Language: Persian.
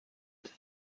است